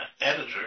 editor